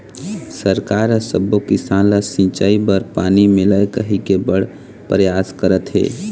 सरकार ह सब्बो किसान ल सिंचई बर पानी मिलय कहिके बड़ परयास करत हे